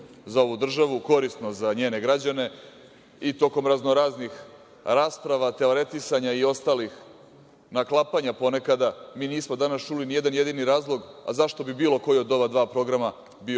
za ovu državu, korisno za njene građane, i tokom raznoraznih rasprava, teoretisanja i ostalih naklapanja, ponekada mi nismo danas čuli nijedan jedini razlog, a zašto bi bilo koji od ova dva programa bio